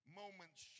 moments